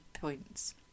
points